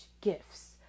gifts